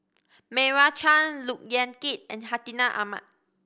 Meira Chand Look Yan Kit and Hartinah Ahmad